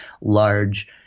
large